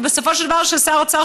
ובסופו של דבר של שר האוצר,